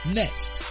next